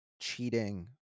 cheating